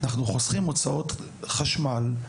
אנחנו חוסכים הוצאות חשמל,